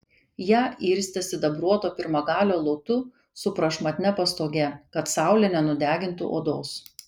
ją irstė sidabruoto pirmagalio luotu su prašmatnia pastoge kad saulė nenudegintų odos